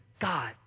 God